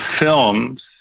films